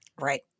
Right